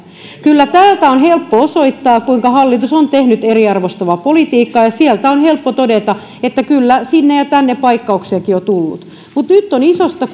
kyllä täältä on helppo osoittaa kuinka hallitus on tehnyt eriarvoistavaa politiikkaa ja sieltä on helppo todeta että kyllä sinne ja tänne paikkauksiakin on tullut mutta nyt on isosta